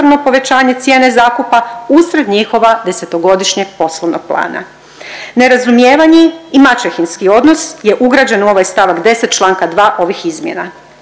povećanje cijene zakupa usred njihovog desetogodišnjeg poslovnog plana. Nerazumijevanje i maćehinski odnos je ugrađen u ovaj stavak 10. Članka 2. ovih izmjena.